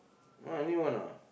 uh new one ah